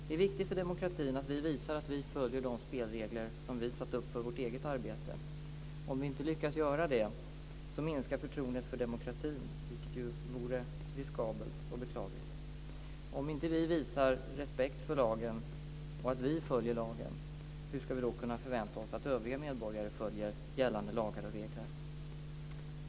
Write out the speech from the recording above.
Det är viktigt för demokratin att vi visar att vi följer de spelregler som vi har satt upp för vårt eget arbete. Om vi inte lyckas göra det minskar förtroendet för demokratin, vilket vore riskabelt och beklagligt. Hur ska vi, om inte vi visar respekt för lagen och att vi följer lagen, kunna förvänta oss att övriga medborgare följer gällande lagar och regler?